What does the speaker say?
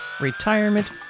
retirement